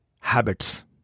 habits